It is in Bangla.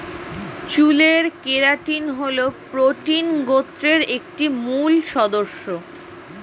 চুলের কেরাটিন হল প্রোটিন গোত্রের একটি মূল সদস্য